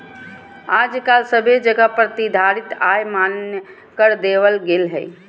आजकल सभे जगह प्रतिधारित आय मान्य कर देवल गेलय हें